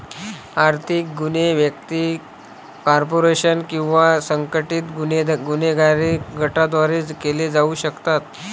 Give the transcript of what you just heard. आर्थिक गुन्हे व्यक्ती, कॉर्पोरेशन किंवा संघटित गुन्हेगारी गटांद्वारे केले जाऊ शकतात